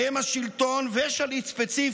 שבהם השלטון, ושליט ספציפי,